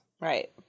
Right